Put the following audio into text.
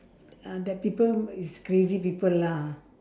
uh that people is crazy people lah